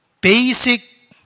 basic